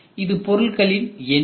இது பொருட்களின் எண்ணிக்கை